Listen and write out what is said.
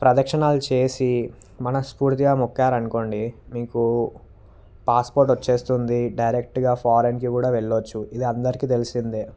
ప్రదక్షిణాలు చేసి మనస్ఫూర్తిగా మొక్కేరనుకోండి మీకు పాస్పోర్ట్ వచ్చేస్తుంది డైరెక్ట్గా ఫారెన్కి కూడా వెళ్ళచ్చు ఇది అందరికీ తెలిసిందే